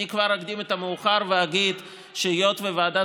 אני כבר אקדים את המאוחר ואגיד שהיות שוועדת